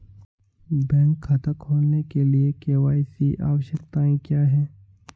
Bank खाता खोलने के लिए के.वाई.सी आवश्यकताएं क्या हैं?